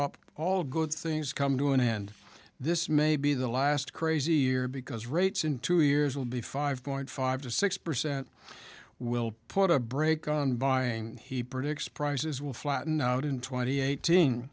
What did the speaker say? up all good things come to an end this may be the last crazy year because rates in two years will be five point five to six percent we'll put a break on buying he predicts prices will flatten out in twenty eighteen